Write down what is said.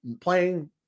playing